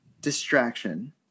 distraction